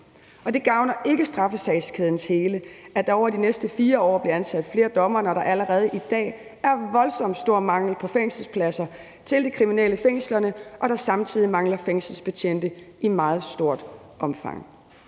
Det gavner ikke straffesagskædens hele, at der over de næste 4 år bliver ansat flere dommere, når der allerede i dag er voldsomt stor mangel på fængselspladser til de kriminelle i fængslerne og der samtidig mangler fængselsbetjente i meget stort omfang.